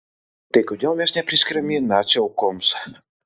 tai kodėl mes nepriskiriami nacių aukoms